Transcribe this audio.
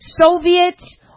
Soviets